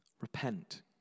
repent